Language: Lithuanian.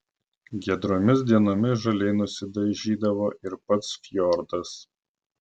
giedromis dienomis žaliai nusidažydavo ir pats fjordas